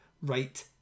right